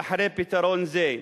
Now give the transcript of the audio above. ישרוד אחרי פתרון זה?